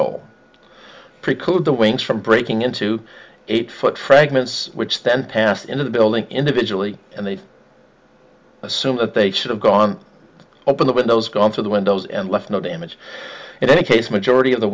hole to preclude the wings from breaking into eight foot fragments which then pass into the building individually and they assume that they should have gone over that with those gone through the windows and left no damage in any case majority of the